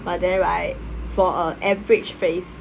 but then right for an average face